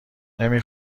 نمی